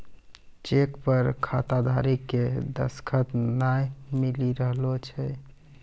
cheque पर खाताधारी के दसखत नाय मिली रहलो छै